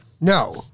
no